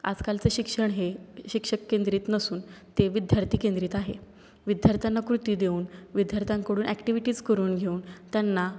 आजकालचं शिक्षण हे शिक्षक केंद्रित नसून ते विद्यार्थीकेंद्रित आहे विध्यार्थ्यांना कृती देऊन विद्यार्थ्यांकडून ॲक्टिव्हिटीज करून घेऊन त्यांना